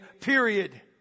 period